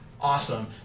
awesome